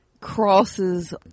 Crosses